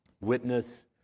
witness